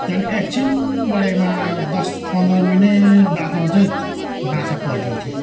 त्यहाँदेखि एकछिन बडेमा दस पन्ध्र मिनट बादमा चाहिँ माछा पल्टिन्थ्यो